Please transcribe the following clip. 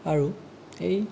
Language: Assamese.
আৰু এই